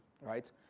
right